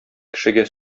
кешегә